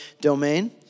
domain